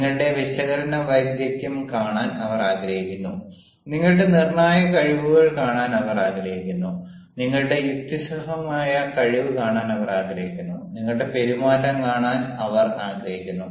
നിങ്ങളുടെ വിശകലന വൈദഗ്ദ്ധ്യം കാണാൻ അവർ ആഗ്രഹിക്കുന്നു നിങ്ങളുടെ നിർണ്ണായക കഴിവുകൾ കാണാൻ അവർ ആഗ്രഹിക്കുന്നു നിങ്ങളുടെ യുക്തിസഹമായ കഴിവ് കാണാൻ അവർ ആഗ്രഹിക്കുന്നു നിങ്ങളുടെ പെരുമാറ്റം കാണാൻ അവർ ആഗ്രഹിക്കുന്നു